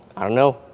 i don't know.